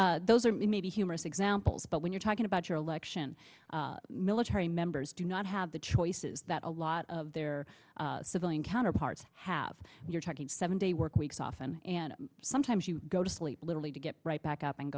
but those are maybe humorous examples but when you're talking about your election military members do not have the choices that a lot of their civilian counterparts have you're talking seven day work weeks often and sometimes you go to sleep literally to get right back up and